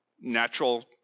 natural